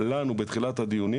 לנו בתחילת הדיונים,